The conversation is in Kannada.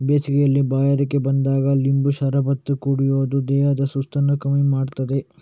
ಬೇಸಿಗೆಯಲ್ಲಿ ಬಾಯಾರಿಕೆ ಬಂದಾಗ ಲಿಂಬೆ ಶರಬತ್ತು ಕುಡಿಯುದು ದೇಹದ ಸುಸ್ತನ್ನ ಕಮ್ಮಿ ಮಾಡ್ತದೆ